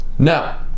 Now